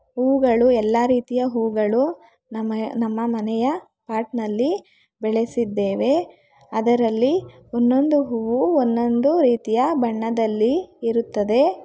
ಹೂಗಳು ಎಲ್ಲ ರೀತಿಯ ಹೂಗಳು ನಮ್ಮ ನಮ್ಮ ಮನೆಯ ಪಾಟ್ನಲ್ಲಿ ಬೆಳೆಸಿದ್ದೇವೆ ಅದರಲ್ಲಿ ಒಂದೊಂದು ಹೂವು ಒಂದೊಂದು ರೀತಿಯ ಬಣ್ಣದಲ್ಲಿ ಇರುತ್ತದೆ